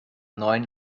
neuen